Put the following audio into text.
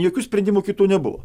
jokių sprendimų kitų nebuvo